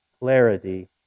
clarity